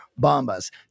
Bombas